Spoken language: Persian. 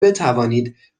بتوانید